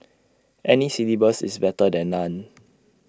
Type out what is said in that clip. any syllabus is better than none